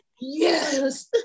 yes